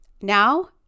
now